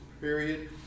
period